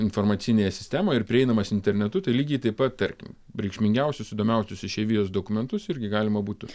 informacinėje sistemoje ir prieinamas internetu tai lygiai taip pat tarkim reikšmingiausius įdomiausius išeivijos dokumentus irgi galima būtų